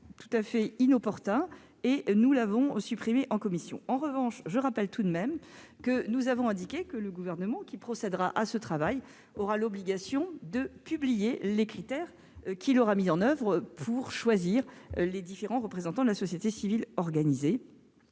tout à fait inopportun et nous l'avons supprimé en commission. En revanche, nous avons indiqué que le Gouvernement, qui procédera à ce travail, aura l'obligation de publier les critères mis en oeuvre pour choisir les différents représentants de la société civile organisée.